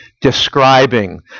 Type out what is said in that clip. describing